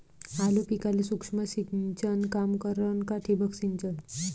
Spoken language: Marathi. आलू पिकाले सूक्ष्म सिंचन काम करन का ठिबक सिंचन?